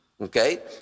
okay